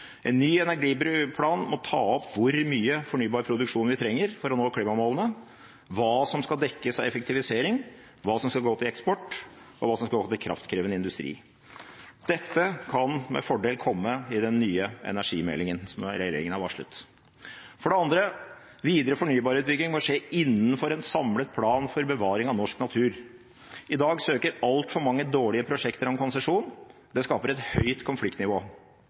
En ny energiplan må ta opp hvor mye fornybar produksjon vi trenger for å nå klimamålene, hva som skal dekkes av effektivisering, hva som skal gå til eksport, og hva som skal gå til kraftkrevende industri. Dette kan med fordel komme i den nye energimeldingen som regjeringen har varslet. For det andre: Videre fornybarutbygging må skje innenfor en samlet plan for bevaring av norsk natur. I dag søker altfor mange dårlige prosjekter om konsesjon. Det skaper et høyt konfliktnivå.